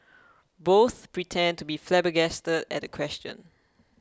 both pretend to be flabbergasted at the question